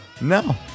No